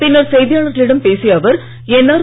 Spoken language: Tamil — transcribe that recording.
பின்னர் செய்தியாளர்களிடம் பேசிய அவர் என் ஆர்